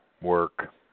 work